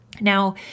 Now